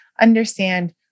understand